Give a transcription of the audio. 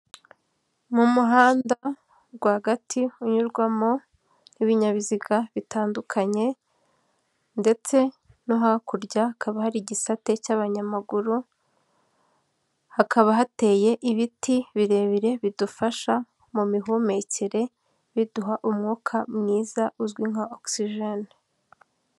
Mu muhanda rwagati unyurwamo n'ibinyabiziga bitandukanye ndetse no hakurya hakaba hari igisate cy'abanyamaguru hakaba hateye ibiti birebire bidufasha mu mihumekere biduha umwuka mwiza uzwi nka ogisijene.